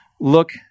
look